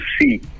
see